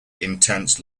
intense